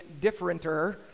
differenter